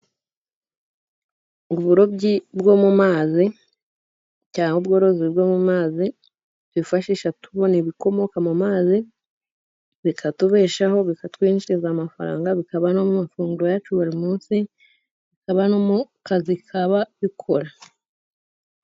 Uburobyi bwo mu mazi cyangwa ubworozi bwo mu mazi, twifashisha tubona ibikomoka mu mazi , bikatubeshaho bikatwinjiriza amafaranga, bikaba no mu mafunguro yacu ya buri munsi, haba mu kazi kababikora.